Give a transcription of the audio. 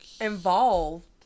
involved